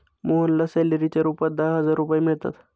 मोहनला सॅलरीच्या रूपात दहा हजार रुपये मिळतात